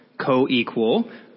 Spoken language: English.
co-equal